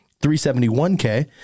371K